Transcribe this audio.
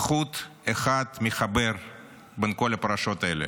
וחוט אחד מחבר בין כל הפרשות האלה: